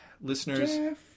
Listeners